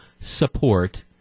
support